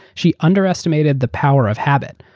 she underestimated the power of habit.